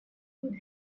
would